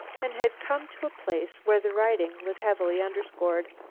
and had come to a place where the writing was heavily underscored.